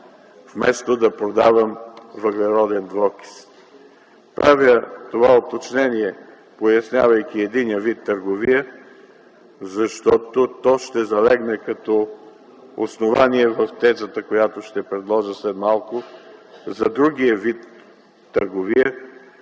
вместо да продавам въглеродния двуокис”. Правя това уточнение, пояснявайки единия вид търговия, защото то ще залегне като основание в тезата, която ще предложа след малко за другия вид търговия,